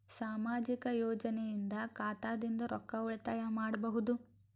ಸಾಮಾಜಿಕ ಯೋಜನೆಯಿಂದ ಖಾತಾದಿಂದ ರೊಕ್ಕ ಉಳಿತಾಯ ಮಾಡಬಹುದ?